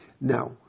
Now